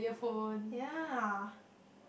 yeah